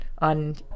on